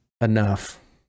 enough